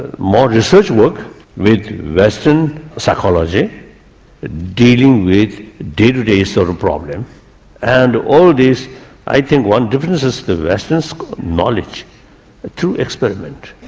and more research work with western psychology dealing with day to day sort of problems and all this. i think one difference is the western school of knowledge is through experiment.